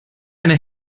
eine